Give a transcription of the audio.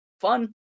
fun